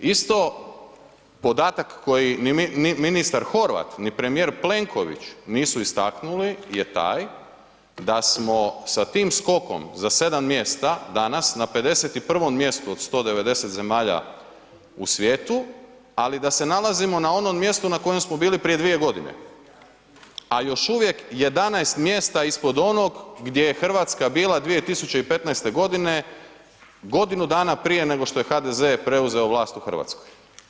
Isto podatak koji ni ministar Horvat, ni premijer Plenković nisu istaknuli je taj da smo sa tim skokom za sedam mjesta danas na 51. mjestu od 190 zemalja u svijetu, ali da se nalazimo na onom mjestu na kojem smo bili prije dvije godine, a još uvijek 11 mjesta ispod onog gdje je Hrvatska bila 2015. godine, godinu dana prije nego što je HDZ preuzeo vlast u Hrvatskoj.